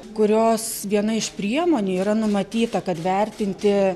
kurios viena iš priemonių yra numatyta kad vertinti